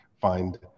find